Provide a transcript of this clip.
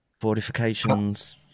fortifications